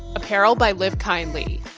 apparel by livekindly.